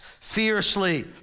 fiercely